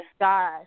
God